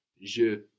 Je